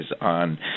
on